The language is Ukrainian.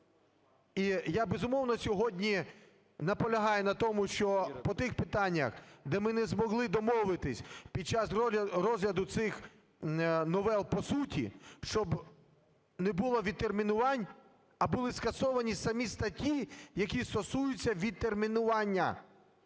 І я, безумовно, сьогодні наполягаю на тому, що по тих питаннях, де ми не змогли домовитися під час розгляду цих новел по суті, щоб не було відтермінувань, а були скасовані самі статті, які стосуються відтермінування.